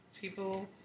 people